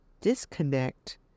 disconnect